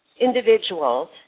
individuals